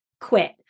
quit